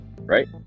Right